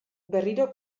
berriro